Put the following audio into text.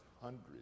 hundreds